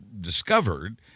discovered